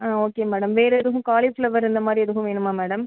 ஆ okay madam வேறு எதுவும் cauliflower இந்த மாரி எதுவும் வேணுமா மேடம்